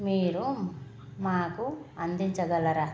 మీరు మాకు అందించగలరా